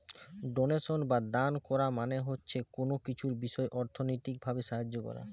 donation বা দান কোরা মানে হচ্ছে কুনো কিছুর বিষয় অর্থনৈতিক ভাবে সাহায্য কোরা